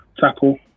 tackle